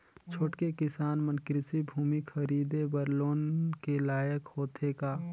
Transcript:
छोटके किसान मन कृषि भूमि खरीदे बर लोन के लायक होथे का?